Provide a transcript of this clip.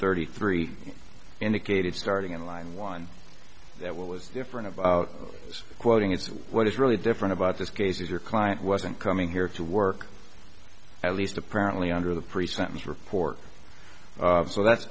thirty three indicated starting in line one that was different about this quoting is what is really different about this case is your client wasn't coming here to work at least apparently under the pre sentence report so that